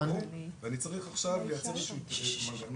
החירום ואני צריך עכשיו לייצר מנגנון